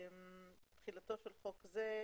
תחילתו של חוק זה,